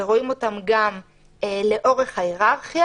ורואים אותם גם לאורך ההיררכיה